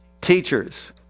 teachers